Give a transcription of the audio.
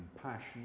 compassion